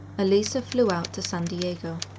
elisa flew out to san diego.